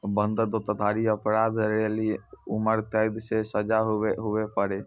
बंधक धोखाधड़ी अपराध लेली उम्रकैद रो सजा भी हुवै पारै